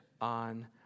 on